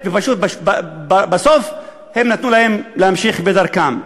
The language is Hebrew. ופשוט בסוף הם נתנו להם להמשיך בדרכם.